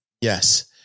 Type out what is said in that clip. Yes